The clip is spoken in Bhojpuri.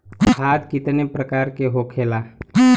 खाद कितने प्रकार के होखेला?